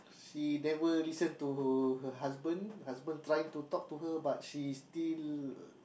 she never listen to her her husband husband trying to talk to her but she still